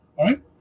right